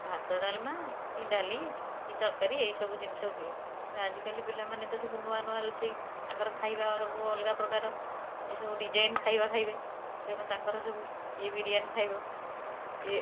ଭାତ ଡାଲମା କି ଡାଲି କି ତରକାରୀ ଏହିସବୁ ଜିନିଷ ହୁଏ କିନ୍ତୁ ଆଜିକାଲି ପିଲାମାନେ ତ ସବୁ ନୂଆନୂଆ ରୋଷେଇ ତାଙ୍କର ଖାଇବା ସବୁ ଅଲଗାପ୍ରକାର ଏସବୁ ଡିଜାଇନ୍ ଖାଇବା ଖାଇବେ ତେଣୁ ତାଙ୍କର ସବୁ କିଏ ବିରିୟାନୀ ଖାଇବ କିଏ